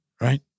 Right